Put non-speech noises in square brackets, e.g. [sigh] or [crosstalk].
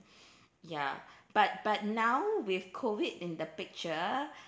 ya but but now with COVID in the picture [breath]